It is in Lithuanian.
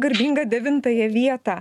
garbingą devintąją vietą